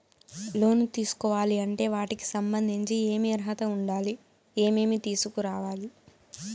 లోను తీసుకోవాలి అంటే వాటికి సంబంధించి ఏమి అర్హత ఉండాలి, ఏమేమి తీసుకురావాలి